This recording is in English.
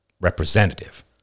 representative